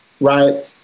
right